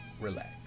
relax